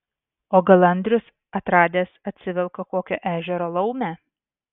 o gal andrius atradęs atsivelka kokią ežero laumę